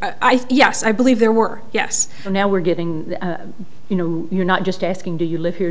i think yes i believe there were yes but now we're getting you know you're not just asking do you live here do